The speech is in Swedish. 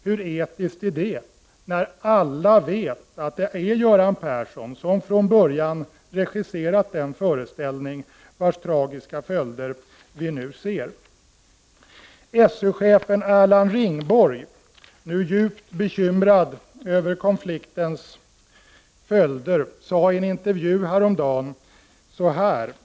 Hur etiskt är det, när alla vet att det är Göran Persson som från början har regisserat den föreställning vars tragiska följder vi nu ser? SÖ-chefen Erland Ringborg, nu djupt bekymrad över konfliktens följder, intervjuades häromdagen.